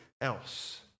else